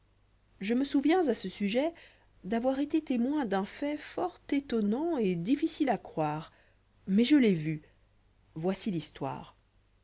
je me souviens à ce sujet d'avoir été témoin dun fait fort étonnant et difficile à croire mais je l'ai vu voici l'histoire